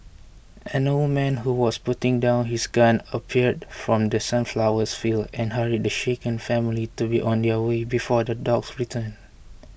an old man who was putting down his gun appeared from The Sunflowers field and hurried the shaken family to be on their way before the dogs return